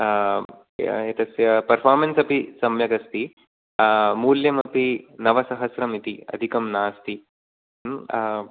एतस्य पर्फ़ार्मेन्स् अपि सम्यगस्ति मूल्यमपि नवसहस्रमिति अधिकं नास्ति